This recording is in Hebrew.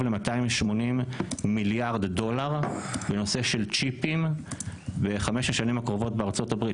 ל-280 מיליארד דולר בנושא של צ'יפים בחמש השנים הקרובות בארצות הברית.